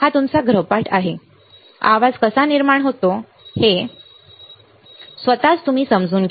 हा तुमचा गृहपाठ आहे आवाज कसा निर्माण होतो हे स्वतःच समजून घ्या